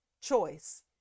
choice